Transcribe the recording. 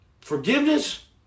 Forgiveness